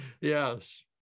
yes